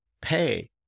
pay